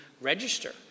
register